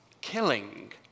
killing